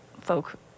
folk